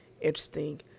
interesting